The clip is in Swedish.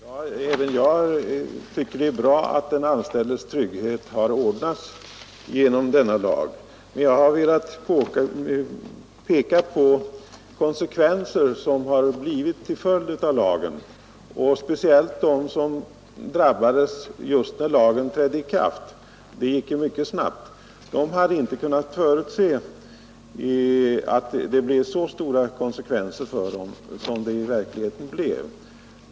Herr talman! Även jag tycker att det är bra att den anställdes trygghet har ordnats genom denna lag. Men jag har velat peka på konsekvenser som uppstått till följd av lagen, och jag tänker speciellt på dem som drabbades just när lagen trädde i kraft. Det gick ju mycket snabbt. De hade inte kunnat förutse att det skulle bli så stora konsekvenser för dem som det i verkligheten blev.